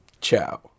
Ciao